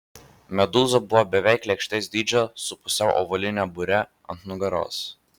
medūza buvo beveik lėkštės dydžio su pusiau ovaline bure ant nugaros